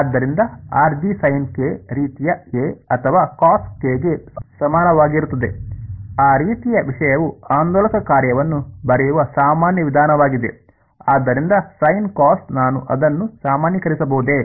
ಆದ್ದರಿಂದ rG sin k ರೀತಿಯ A ಅಥವಾ cos kಗೆ ಸಮಾನವಾಗಿರುತ್ತದೆ ಆ ರೀತಿಯ ವಿಷಯವು ಆಂದೋಲಕ ಕಾರ್ಯವನ್ನು ಬರೆಯುವ ಸಾಮಾನ್ಯ ವಿಧಾನವಾಗಿದೆ ಆದ್ದರಿಂದ sin cos ನಾನು ಅದನ್ನೂ ಸಾಮಾನ್ಯೀಕರಿಸಬಹುದೇ